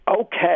okay